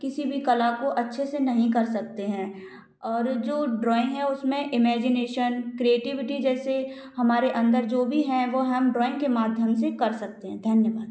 किसी भी कला को अच्छे से नहीं कर सकते हैं और जो ड्राॅइंग है उसमें इमेजिनेशन क्रिएटिविटी जैसे हमारे अंदर जो भी हैं वो हम ड्राॅइंग के माध्यम से कर सकते हैं धन्यवाद